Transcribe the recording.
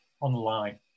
online